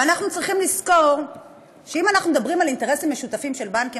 אבל אנחנו צריכים לזכור שאם אנחנו מדברים על אינטרסים משותפים של בנקים,